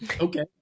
okay